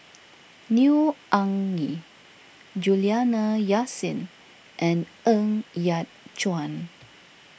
Neo Anngee Juliana Yasin and Ng Yat Chuan